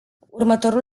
următorul